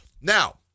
Now